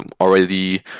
already